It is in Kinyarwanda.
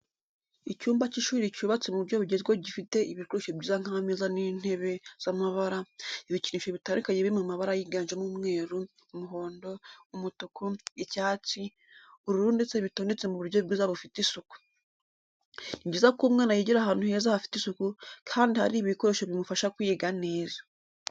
Icyumba cy'ishuri cyubatse mu buryo bugezweho gifite ibikoresho byiza nk'ameza n'intebe z'amabara, ibikinisho bitandukanye biri mu mabara yiganjemo umweru, umuhondo, umutuku, icyatsi, ubururu bitondetse mu buryo bwiza bufite isuku. Ni byiza ko umwana yigira ahantu heza hafite isuku kandi hari ibikoresho bimufasha kwiga neza.